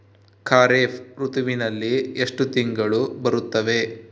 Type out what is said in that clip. ಖಾರೇಫ್ ಋತುವಿನಲ್ಲಿ ಎಷ್ಟು ತಿಂಗಳು ಬರುತ್ತವೆ?